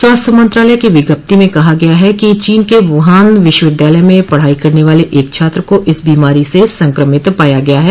स्वास्थ्य मंत्रालय की विज्ञप्ति में कहा है कि चीन के वुहान विश्व विद्यालय में पढ़ाई करने वाले एक छात्र को इस बीमारी से संक्रमित पाया गया है